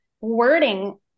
wording